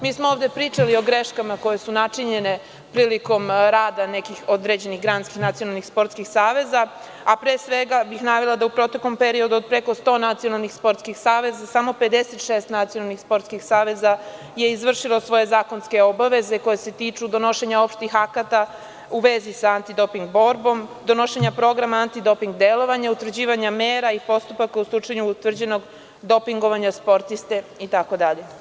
Mi smo ovde pričali i o greškama koje su načinjene prilikom rada nekih određenih granskih nacionalnih sportskih saveza, a pre svega bih navela da je u proteklom periodu od preko 100 nacionalnih sportskih saveza samo 56 nacionalnih sportskih saveza izvršilo svoje zakonske obaveze koje se tiču donošenja opštih akata u vezi sa antidoping borbom, donošenja programa antidoping delovanja, utvrđivanja mera i postupaka u slučaju utvrđenog dopingovanja sportiste itd.